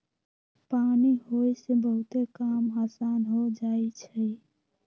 पानी होय से बहुते काम असान हो जाई छई